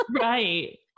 Right